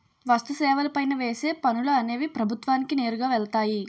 వస్తు సేవల పైన వేసే పనులు అనేవి ప్రభుత్వానికి నేరుగా వెళ్తాయి